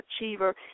achiever